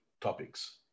topics